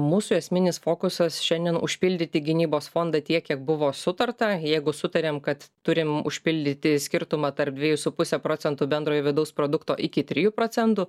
mūsų esminis fokusas šiandien užpildyti gynybos fondą tiek kiek buvo sutarta jeigu sutarėm kad turim užpildyti skirtumą tarp dviejų su puse procentų bendrojo vidaus produkto iki trijų procentų